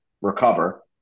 recover